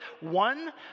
one